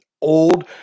old